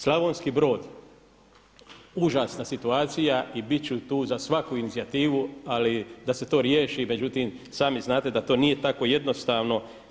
Slavonski Brod užasna situacija i bit ću tu za svaku inicijativu, ali da se to riješi međutim sami znate da to nije tako jednostavno.